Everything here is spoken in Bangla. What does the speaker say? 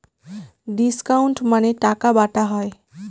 ডিসকাউন্ট মানে টাকা বাটা হয়